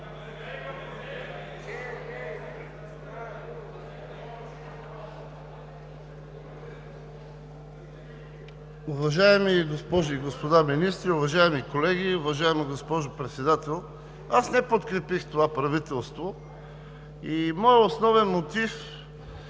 Уважаеми госпожи и господа министри, уважаеми колеги, уважаема госпожо Председател! Аз не подкрепих това правителство и моят основен мотив